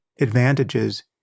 advantages